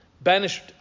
banished